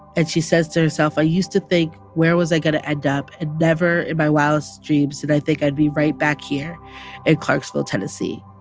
and she says to herself, i used to think, where was i going to end up? and never in my wildest dreams did i think i'd be right back here in clarksville, tenn